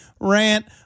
rant